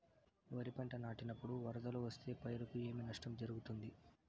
వరిపంట నాటినపుడు వరదలు వస్తే పైరుకు ఏమి నష్టం జరుగుతుంది?